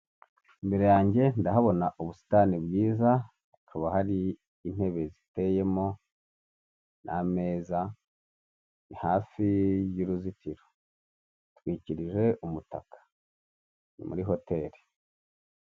Imbere yanjye ndahabona ubusitani bwiza, hakaba hari intebe ziteyemo n'ameza hafi y'uruzitiro hatwikirije umutaka. Ni muri hoteri.